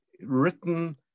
written